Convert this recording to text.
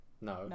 No